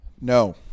No